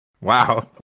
Wow